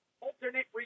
alternate